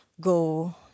go